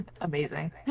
Amazing